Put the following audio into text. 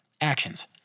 Actions